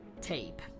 tape